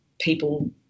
people